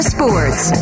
Sports